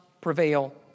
prevail